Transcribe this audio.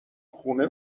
خونه